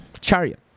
chariot